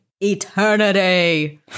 Eternity